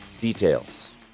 details